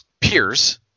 peers